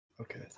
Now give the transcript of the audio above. Okay